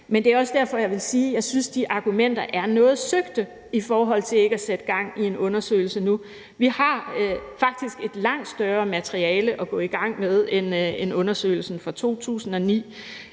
Men det er også derfor, jeg vil sige, at jeg synes, de argumenter er noget søgte i forhold til ikke at sætte gang i en undersøgelse nu. Vi har faktisk et langt større materiale at gå i gang med end undersøgelsen fra 2009.